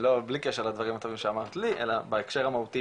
בלי קשר לדברים הטובים שאמרת לי בהקשר המהותי